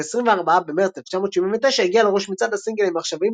וב-24 במרץ 1979 הגיע לראש מצעד הסינגלים העכשוויים